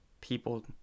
people